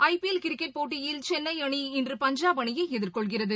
ஐ P L cricket போட்டியில் சென்னை அணி இன்று பஞ்சாப் அணியை எதிர்கொள்கிறது